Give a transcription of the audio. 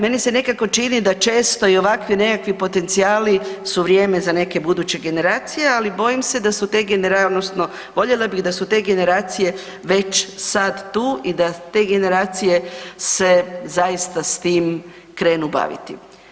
Meni se nekako čini da često i ovakvi nekakvi potencijali su vrijeme za neke buduće generacije, ali bojim se da su te generacije odnosno voljela bih da su te generacije već sad tu i da te generacije se zaista s tim krenu baviti.